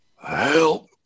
help